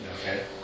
Okay